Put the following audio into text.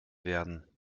werden